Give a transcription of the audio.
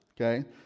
okay